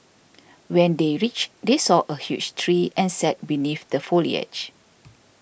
when they reached they saw a huge tree and sat beneath the foliage